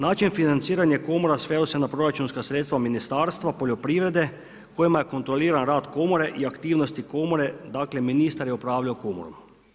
Način financiranja komore sveo se na proračunska sredstva Ministarstva poljoprivrede kojima je kontroliran rad komore i aktivnosti komore, dakle ministar je upravljao komorom.